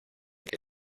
que